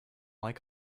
like